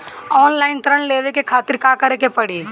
Online ऋण लेवे के खातिर का करे के पड़ी?